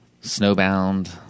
Snowbound